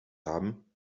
haben